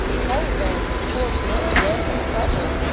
telegrams of course meant death or trouble.